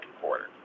quarter